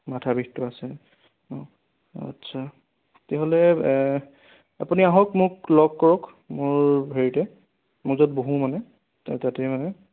মাথা বিষটো আছে অঁ আচ্ছা তেতিয়াহ'লে আপুনি আহক মোক লগ কৰক মোৰ হেৰিতে মই য'ত বহোঁ মানে তাত তাতেই মানে